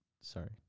Sorry